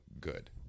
good